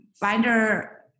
Binder